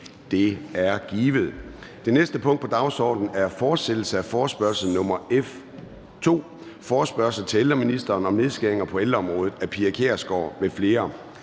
Det er givet. --- Det næste punkt på dagsordenen er: 2) Fortsættelse af forespørgsel nr. F 2 [afstemning]: Forespørgsel til ældreministeren om nedskæringer på ældreområdet. Af Pia Kjærsgaard (DF) m.fl.